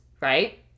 right